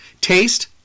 Taste